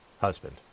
husband